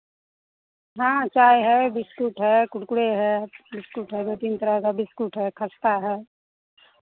हाँ चाय है बिस्कुट है कुरकुरे है बिस्कुट है दो तीन तरह का बिस्कुट है खस्ता है